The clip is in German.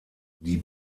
die